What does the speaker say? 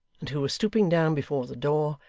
and who was stooping down before the door,